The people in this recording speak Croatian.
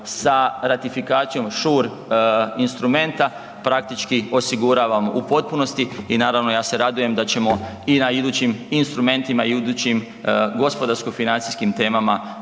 sa ratifikacijom shore instrumeta, praktički osiguravamo u potpunosti i naravno ja se radujem da ćemo i na idućim instrumentima i u idućim gospodarsko financijskim temama